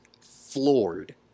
floored